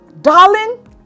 darling